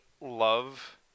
love